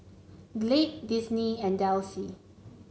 Glade Disney and Delsey